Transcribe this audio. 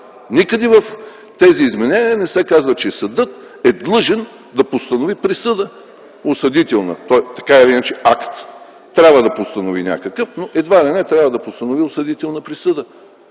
Никъде в тези изменения не се казва, че съдът е длъжен да постанови осъдителна присъда. Така или иначе трябва да постанови някакъв акт, но едва ли не трябва да постанови осъдителна присъда.